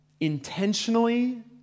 intentionally